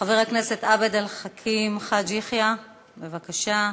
חבר הכנסת עבד אל חכים חאג' יחיא, בבקשה.